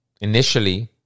Initially